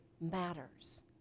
matters